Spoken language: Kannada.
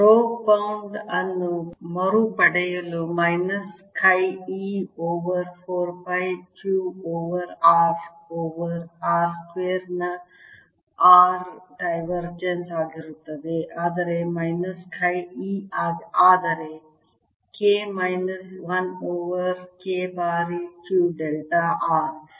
ರೋ ಬೌಂಡ್ ಅನ್ನು ಮರುಪಡೆಯಲು minus chi E over 4 pi Q over r over r ಸ್ಕ್ವೇರ್ನ r ಡೈವರ್ಜೆನ್ಸ್ ಆಗಿರುತ್ತದೆ ಆದರೆ ಮೈನಸ್ ಚಿ E ಆದರೆ K ಮೈನಸ್ 1 ಓವರ್ K ಬಾರಿ Q ಡೆಲ್ಟಾ r